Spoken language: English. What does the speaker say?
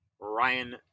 Ryan